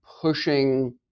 pushing